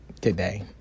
today